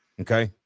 okay